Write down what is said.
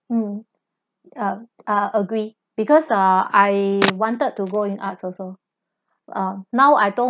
mm uh ah agree because ah I wanted to go in arts also uh now I don't